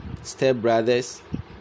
stepbrothers